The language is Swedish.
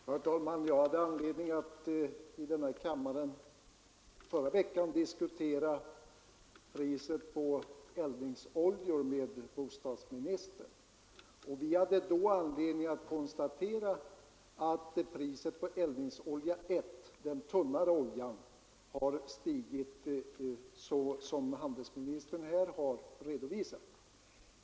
Herr talman! Jag hade förra veckan anledning att i denna kammare diskutera priset på eldningsoljor med bostadsministern. Vi konstaterade då att priset på eldningsolja 1 — den tunnare — har stigit så som handelsministern här har redovisat.